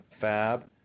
FAB